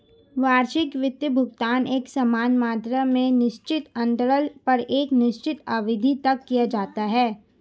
वार्षिक वित्त भुगतान एकसमान मात्रा में निश्चित अन्तराल पर एक निश्चित अवधि तक किया जाता है